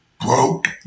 broke